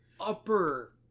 upper